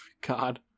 God